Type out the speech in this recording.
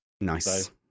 Nice